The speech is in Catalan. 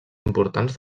importants